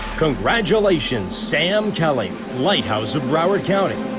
congratulations sam kelly lighthouse of broward county